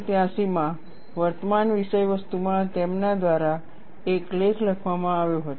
1983માં વર્તમાન વિષયવસ્તુમાં તેમના દ્વારા એક લેખ લખવામાં આવ્યો હતો